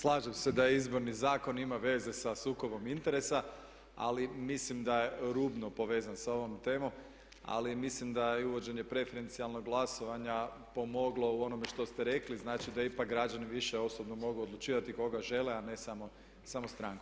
Slažem se da Izborni zakon ima veze sa sukobom interesa ali mislim da je rubno povezan sa ovom temom ali mislim da je i uvođenje preferencijalnog glasovanja pomoglo u onome što ste rekli, znači da ipak građani više osobno mogu odlučivati koga žele a ne samo stranku.